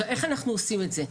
עכשיו איך אנחנו עושים את זה?